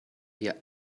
wir